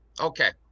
Okay